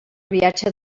viatge